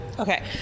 Okay